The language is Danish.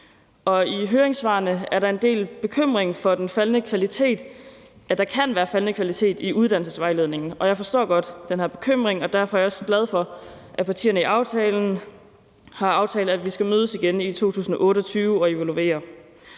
I høringssvarene er der en del bekymring for, at der kan være faldende kvalitet i uddannelsesvejledningen. Jeg forstår godt den her bekymring, og derfor er jeg også glad for, at partierne i aftalen har aftalt, at vi skal mødes igen i 2028 og evaluere.